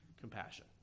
compassion